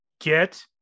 get